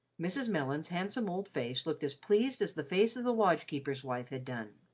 mrs. mellon's handsome old face looked as pleased as the face of the lodge-keeper's wife had done.